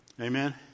Amen